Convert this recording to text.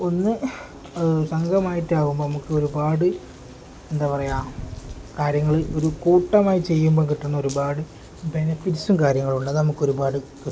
ഒന്ന് സംഘമായിട്ടാകുമ്പോൾ നമുക്ക് ഒരുപാട് എന്താ പറയുക കാര്യങ്ങൾ ഒരു കൂട്ടമായി ചെയ്യുമ്പോൾ കിട്ടുന്ന ഒരുപാട് ബെനഫിറ്റ്സും കാര്യങ്ങളും ഉണ്ട് അത് നമുക്ക് ഒരുപാട് കിട്ടും